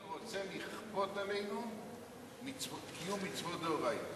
חבר הכנסת דב חנין רוצה לכפות עלינו שיקוימו מצוות מדאורייתא.